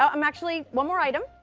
um i'm actually one more item.